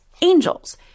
angels